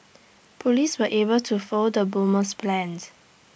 Police were able to foil the bomber's plans